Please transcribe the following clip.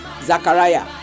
zachariah